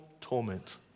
torment